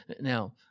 Now